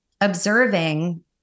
observing